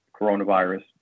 coronavirus